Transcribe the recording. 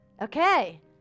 okay